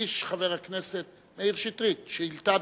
הגיש חבר הכנסת מאיר שטרית שאילתא דומה,